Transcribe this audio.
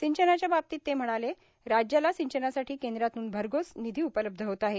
सिंचनाच्या बाबतीत ते म्हणाले राज्याला सिंचनासाठी केंद्रातून भरघोस निधी उपलब्ध होत आहे